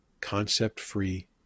concept-free